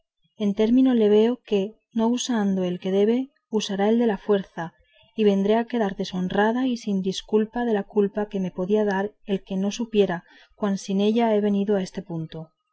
en término le veo que no usando el que debe usará el de la fuerza y vendré a quedar deshonrada y sin disculpa de la culpa que me podía dar el que no supiere cuán sin ella he venido a este punto